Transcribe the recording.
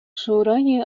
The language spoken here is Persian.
شورای